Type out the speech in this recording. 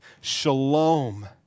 shalom